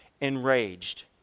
enraged